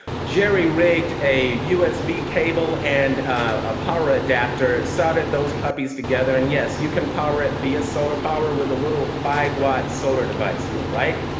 jerry-rigged a usb cable and a power adapter, soldered those puppies together and yes, you can power it via solar power with a little five watt solar device there, right?